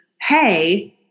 hey